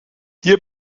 hier